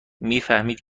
میفهمید